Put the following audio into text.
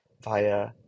via